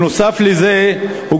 נוסף על זה,